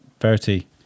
Verity